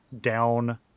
down